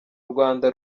rwanda